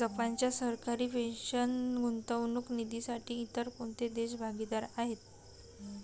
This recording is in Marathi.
जपानच्या सरकारी पेन्शन गुंतवणूक निधीसाठी इतर कोणते देश भागीदार आहेत?